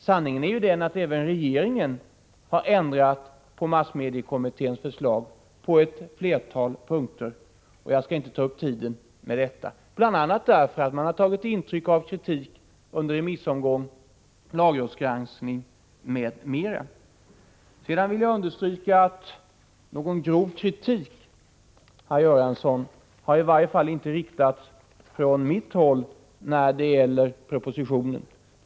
Sanningen är ju den att även regeringen på ett flertal punkter har ändrat i massmediekommitténs förslag — jag skall inte ta upp tiden med en uppräkning härav — bl.a. under intryck av kritik framförd under remissomgången, i samband med lagrådsgranskningen osv. Jag vill vidare understryka, herr Göransson, att någon grov kritik i varje fallinte från mitt håll har riktats mot propositionen.